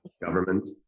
government